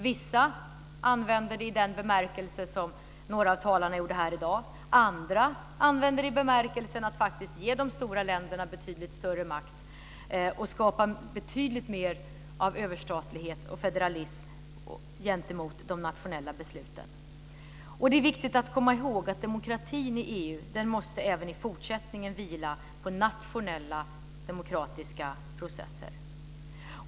Vissa använder ordet i den bemärkelse som några av talarna gjorde här i dag. Andra använder det i bemärkelsen att man faktiskt ska ge de stora länderna betydligt större makt och skapa betydligt mer av överstatlighet och federalism gentemot de nationella besluten. Det är viktigt att komma ihåg att demokratin i EU även i fortsättningen måste vila på nationella demokratiska processer.